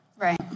Right